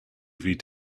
dvd